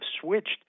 switched